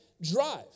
drive